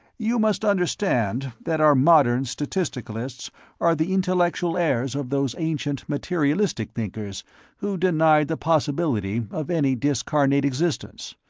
you must understand that our modern statisticalists are the intellectual heirs of those ancient materialistic thinkers who denied the possibility of any discarnate existence,